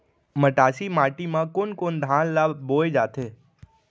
मटासी माटी मा कोन कोन धान ला बोये जाथे?